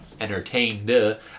entertained